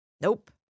nope